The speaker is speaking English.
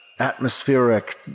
atmospheric